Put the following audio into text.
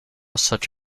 such